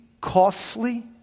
costly